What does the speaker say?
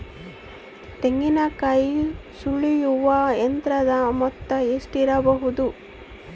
ತೆಂಗಿನಕಾಯಿ ಸುಲಿಯುವ ಯಂತ್ರದ ಮೊತ್ತ ಎಷ್ಟಿರಬಹುದು?